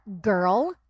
girl